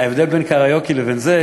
ההבדל בין קריוקי לבין זה,